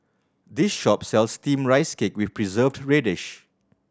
this shop sells Steamed Rice Cake with Preserved Radish